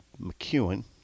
McEwen